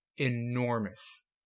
enormous